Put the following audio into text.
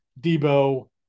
Debo